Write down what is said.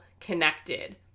connected